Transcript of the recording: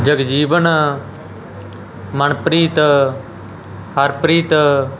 Jagjivan Manpreet Harpreet